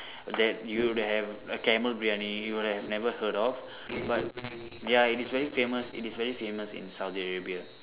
that you would have a camel Briyani you have never heard of but ya it is very famous it is very famous in Saudi Arabia